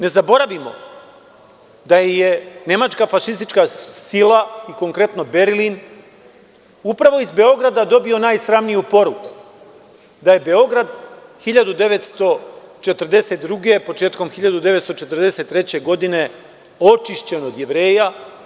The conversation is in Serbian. Ne zaboravimo da je nemačka fašistička sila, konkretno Berlin upravo iz Beograda dobio najsramniju poruku, da je Beograd 1942, početkom 1943. godine očišćen od Jevreja.